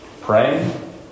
Praying